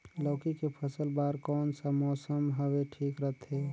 लौकी के फसल बार कोन सा मौसम हवे ठीक रथे?